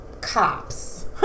Cops